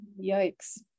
yikes